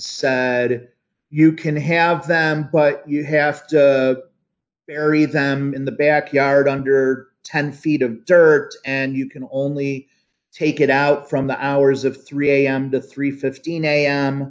said you can have them but you have to bury them in the back yard under ten feet of dirt and you can only take it out from the hours of three am to three fifteen a